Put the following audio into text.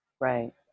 right